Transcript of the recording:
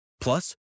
Plus